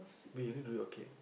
but you need to do it okay